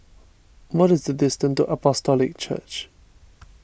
what is the distance to Apostolic Church